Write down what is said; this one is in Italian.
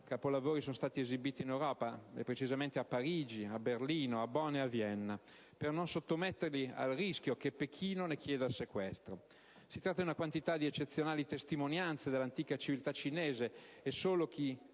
capolavori sono stati esibiti in Europa (a Parigi, a Berlino, a Bonn e a Vienna) per non sottometterli al rischio che Pechino ne chieda il sequestro. Si tratta di una quantità di eccezionali testimonianze dell'antica civiltà cinese che solo chi